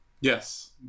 Yes